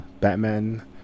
Batman